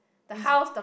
is